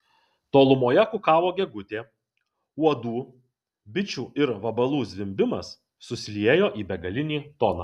tolumoje kukavo gegutė uodų bičių ir vabalų zvimbimas susiliejo į begalinį toną